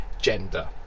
gender